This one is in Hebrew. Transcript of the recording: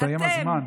הסתיים הזמן.